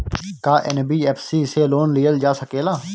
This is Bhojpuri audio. का एन.बी.एफ.सी से लोन लियल जा सकेला?